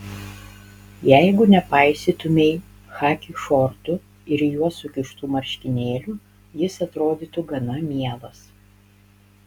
jeigu nepaisytumei chaki šortų ir į juos sukištų marškinėlių jis atrodytų gana mielas